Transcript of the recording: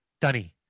Dunny